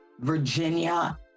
Virginia